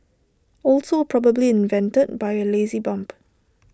also probably invented by A lazy bump